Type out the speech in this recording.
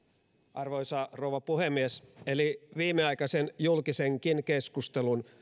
arvoisa rouva puhemies eli viimeaikaisen julkisen keskustelunkin